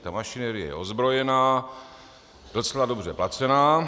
Ta mašinérie je ozbrojená, docela dobře placená.